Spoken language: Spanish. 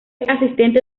asistente